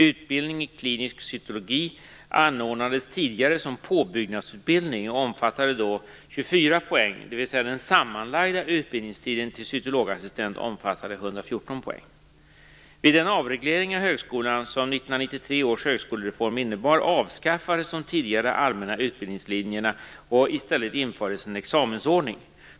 Utbildning i klinisk cytologi anordnades tidigare som påbyggnadsutbildning och omfattade då 24 poäng, dvs. den sammanlagda utbildningstiden till cytologassistent omfattade Vid den avreglering av högskolan som 1993 års högskolereform innebar avskaffades de tidigare allmänna utbildningslinjerna, och i stället infördes en examensordning.